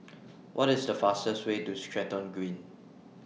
What IS The fastest Way to Stratton Green